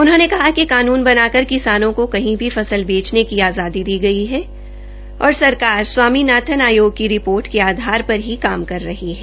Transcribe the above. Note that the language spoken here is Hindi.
उन्होंने कहा कि कानून बनाकर किसानों को कहीं भी फसल बेचने की आज़ादी दी गई है और सरकार स्वामीनाथन आयोग की रिपोर्ट के आधार पर ही काम कर रही है